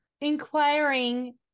inquiring